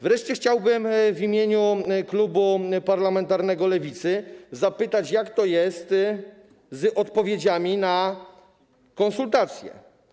Wreszcie chciałbym w imieniu klubu parlamentarnego Lewicy zapytać, jak to jest z odpowiedziami na konsultacje.